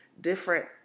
different